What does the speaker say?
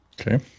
Okay